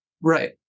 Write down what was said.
Right